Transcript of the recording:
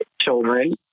children